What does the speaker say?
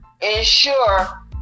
Ensure